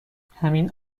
همین